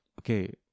okay